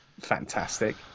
fantastic